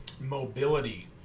mobility